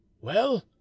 Well